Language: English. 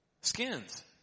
skins